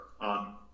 on